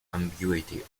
ambiguity